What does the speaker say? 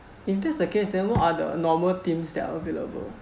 if that's the case then what are other normal themes that are available